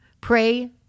pray